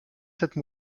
cette